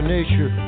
Nature